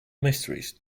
mysteries